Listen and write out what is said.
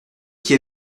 qui